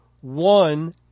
One